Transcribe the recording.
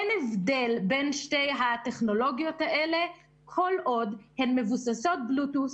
אין הבדל בין שתי הטכנולוגיות האלה כל עוד הן מבוססות בלוטות',